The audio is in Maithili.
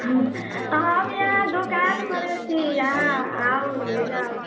हम इहाँ दुकान पर छी अहाँ आउ ले जाउ